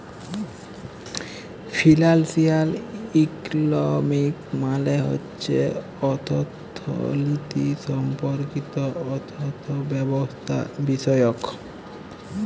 financial economics মালে হছে অথ্থলিতি সম্পর্কিত অথ্থব্যবস্থাবিষয়ক